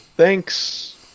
Thanks